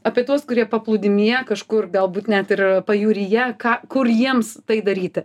apie tuos kurie paplūdimyje kažkur galbūt net ir pajūryje ką kur jiems tai daryti